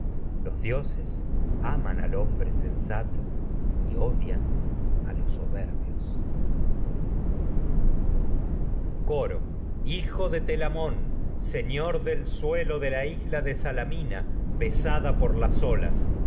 los aman al hombre sensato y odian a los soberbios coro hijo de telamón señor del suelo de la isla de salamina sé que besada por las olas